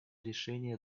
решение